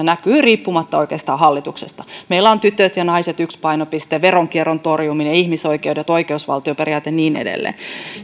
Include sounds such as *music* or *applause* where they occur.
*unintelligible* näkyy riippumatta oikeastaan hallituksesta meillä on tytöt ja naiset yksi painopiste veronkierron torjuminen ihmisoikeudet oikeusvaltioperiaate ja niin edelleen